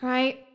Right